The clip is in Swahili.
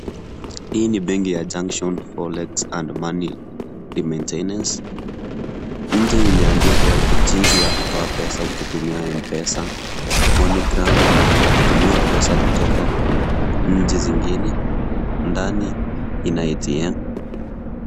Hii ni benki ya Junction Forex and Money Remittance, nje imeandikwa jinsi ya kutoa pesa ukitumia M-pesa, Moneygram kutumiwa pesa kutoka nchi zingine, ndani ina ATM.